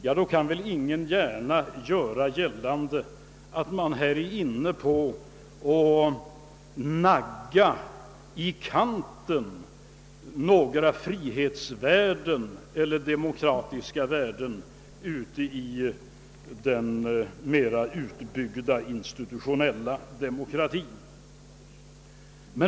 Ingen kan väl göra gällande att vi naggar några frihetsvärden eller demokratiska värden i kanten, när vi har denna utbyggda institutionella demokrati.